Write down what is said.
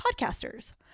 podcasters